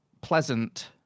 pleasant